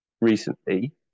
recently